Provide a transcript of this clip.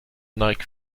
night